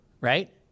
right